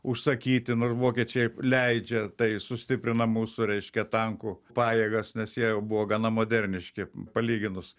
užsakyti nors vokiečiai leidžia tai sustiprina mūsų reiškia tankų pajėgas nes jie jau buvo gana moderniški palyginus